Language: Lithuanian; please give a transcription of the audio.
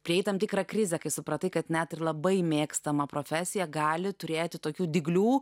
prieiname tikrą krizę kai supratai kad net ir labai mėgstamą profesiją gali turėti tokių dyglių